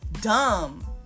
dumb